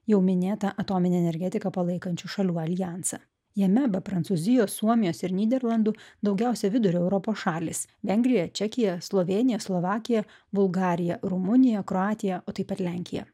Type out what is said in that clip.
jau minėtą atominę energetiką palaikančių šalių aljansą jame be prancūzijos suomijos ir nyderlandų daugiausiai vidurio europos šalys vengrija čekija slovėnija slovakija bulgariją rumuniją kroatiją o taip pat lenkija